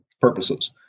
purposes